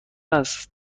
است